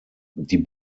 die